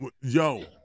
yo